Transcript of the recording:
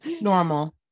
normal